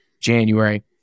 January